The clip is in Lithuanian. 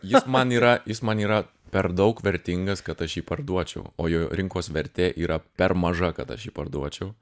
jis man yra jis man yra per daug vertingas kad aš jį parduočiau o jo rinkos vertė yra per maža kad aš jį parduočiau